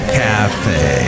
cafe